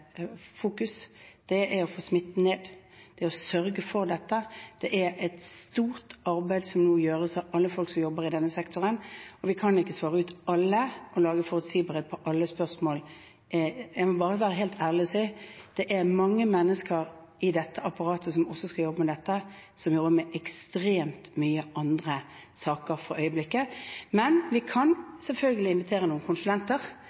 fokus å få smitten ned. Det å sørge for dette er et stort arbeid som nå gjøres av alle som jobber i denne sektoren. Vi kan ikke svare ut alle og lage forutsigbarhet på alle spørsmål. Jeg må bare være helt ærlig og si at det er mange mennesker i dette apparatet som også skal jobbe med dette, som jobber med ekstremt mange andre saker for øyeblikket. Vi kan selvfølgelig invitere noen konsulenter,